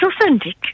authentic